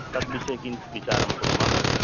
तद् विषये किञ्चिद् विचारं कुर्मः